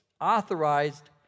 authorized